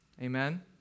Amen